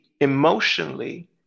Emotionally